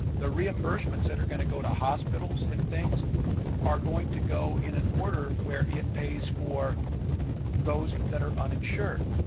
the reimbursements that are going to go to hospitals and things are going to go in an order where it pays for those that are uninsured,